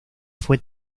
fue